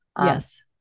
Yes